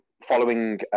following